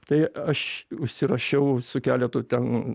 tai aš užsirašiau su keletu ten